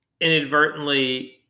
inadvertently